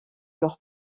leur